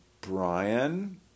Brian